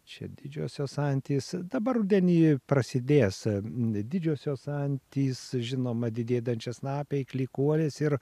čia didžiosios antys dabar rudenį jau prasidės didžiosios antys žinoma didieji dančiasnapiai klykuolės ir